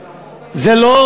זה.